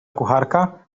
kucharka